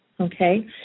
okay